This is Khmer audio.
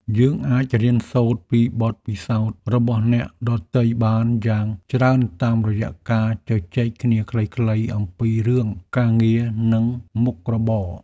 យើងអាចរៀនសូត្រពីបទពិសោធន៍របស់អ្នកដទៃបានយ៉ាងច្រើនតាមរយៈការជជែកគ្នាខ្លីៗអំពីរឿងការងារនិងមុខរបរ។